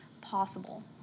possible